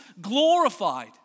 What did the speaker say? glorified